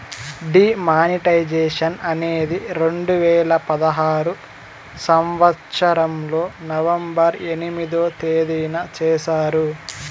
D మానిస్ట్రేషన్ అనేది రెండు వేల పదహారు సంవచ్చరంలో నవంబర్ ఎనిమిదో తేదీన చేశారు